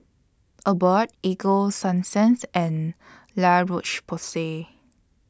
Abbott Ego Sunsense and La Roche Porsay